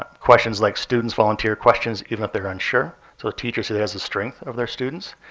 ah questions like students volunteer questions even if they're unsure. so a teacher sees that as a strength of their students.